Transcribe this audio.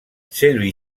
celui